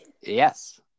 Yes